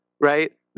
right